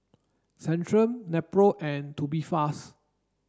Centrum Nepro and Tubifast